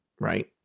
Right